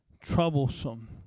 troublesome